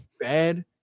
bad